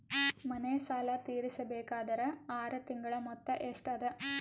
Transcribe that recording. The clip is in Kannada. ಮನೆ ಸಾಲ ತೀರಸಬೇಕಾದರ್ ಆರ ತಿಂಗಳ ಮೊತ್ತ ಎಷ್ಟ ಅದ?